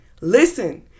Listen